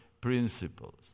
principles